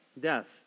Death